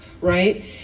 right